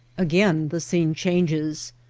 again the scene changes.